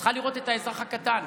צריכה לראות את האזרח הקטן.